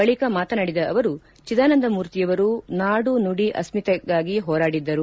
ಬಳಿಕ ಮಾತನಾಡಿದ ಅವರು ಜಿದಾನಂದಮೂರ್ತಿಯವರು ನಾಡು ನುಡಿ ಅಸ್ಥಿತೆಗಾಗಿ ಹೋರಾಡಿದ್ದರು